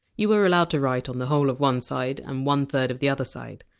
you were allowed to write on the whole of one side and one third of the other side.